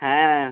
হ্যাঁ